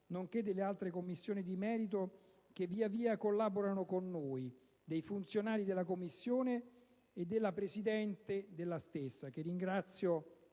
nonché delle altre Commissioni di merito che via via collaborano con noi, dei funzionari di Commissione e della Presidente della stessa, la quale